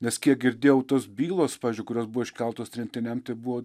nes kiek girdėjau tos bylos pavyzdžiui kurios buvo iškeltos tremtiniam tai buvo